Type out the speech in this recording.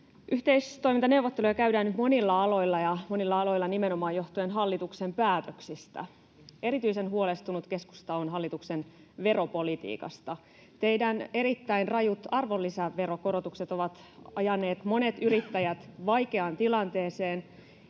Yhteistoimintaneuvotteluja käydään nyt monilla aloilla, ja monilla aloilla nimenomaan johtuen hallituksen päätöksistä. Erityisen huolestunut keskusta on hallituksen veropolitiikasta. Teidän erittäin rajut arvonlisäverokorotuksenne [Välihuuto kokoomuksen ryhmästä] ovat ajaneet monet yrittäjät vaikeaan tilanteeseen